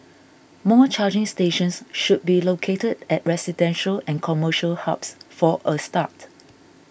more charging stations should be located at residential and commercial hubs for a start